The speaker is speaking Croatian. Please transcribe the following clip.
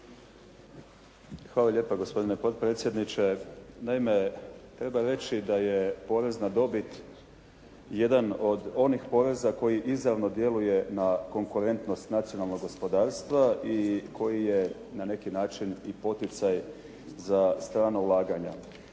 Hvala lijepa gospodine potpredsjedniče. Naime treba reći da je porez na dobit jedan od onih poreza koji izravno djeluje na konkurentnost nacionalnog gospodarstva i koji je na neki način i poticaj za strana ulaganja.